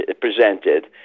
presented